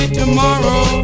tomorrow